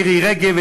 מירי רגב,